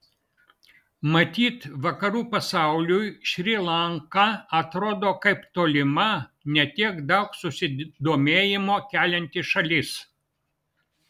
matyt vakarų pasauliui šri lanka atrodo kaip tolima ne tiek daug susidomėjimo kelianti šalis